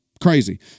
Crazy